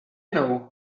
know